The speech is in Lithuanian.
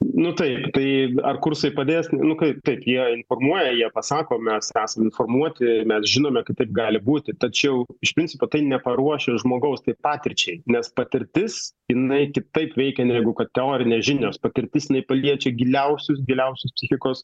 nu taip tai ar kursai padės nu kaip taip jie informuoja jie pasako mes esam informuoti mes žinome kad taip gali būti tačiau iš principo tai neparuošia žmogaus tai patirčiai nes patirtis jinai kitaip veikian negu kad teorinės žinios patirtis jinai paliečia giliausius giliausius psichikos